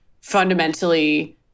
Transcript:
fundamentally